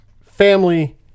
family